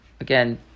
Again